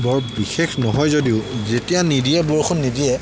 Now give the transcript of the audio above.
বৰ বিশেষ নহয় যদিও যেতিয়া নিদিয়ে বৰষুণ নিদিয়ে